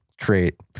create